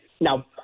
Now